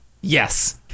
Yes